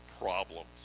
problems